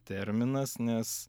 terminas nes